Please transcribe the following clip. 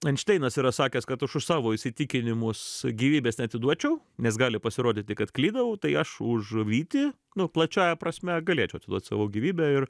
enšteinas yra sakęs kad aš už savo įsitikinimus gyvybės neatiduočiau nes gali pasirodyti kad klydau tai aš už vytį nu plačiąja prasme galėčiau atiduot savo gyvybę ir